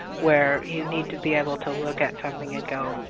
where you need to be able to look at something and go,